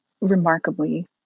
remarkably